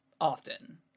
often